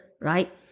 right